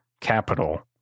capital